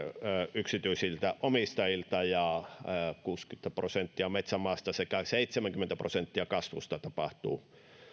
yksityisiltä omistajilta ja kuusikymmentä prosenttia metsämaasta sekä seitsemänkymmentä prosenttia kasvusta tapahtuu